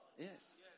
Yes